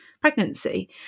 pregnancy